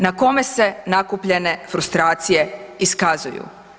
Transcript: Na kome se nakupljene frustracije iskazuju?